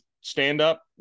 stand-up